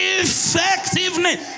effectiveness